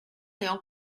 n’aient